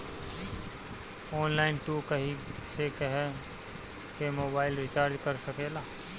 online तू कहीं से केहू कअ मोबाइल रिचार्ज कर सकेला